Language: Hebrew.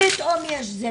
פתאום יש עוד משהו.